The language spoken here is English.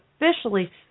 officially